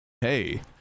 Hey